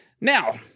Now